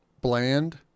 Bland